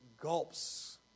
gulps